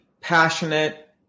Passionate